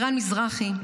מזרחי,